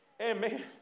Amen